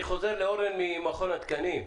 אני חוזר לאורן ממכון התקנים.